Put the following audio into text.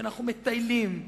שאנחנו מטיילים,